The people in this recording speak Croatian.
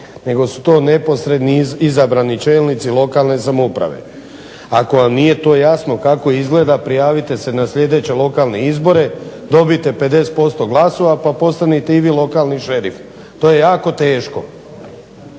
nego su to neposredni izabrani čelnici lokalne samouprave. Ako vam nije to jasno kako izgleda prijavite se na sljedeće lokalne izbore, dobijte 50% glasova pa postanite i vi lokalni šerif. To je jako teško,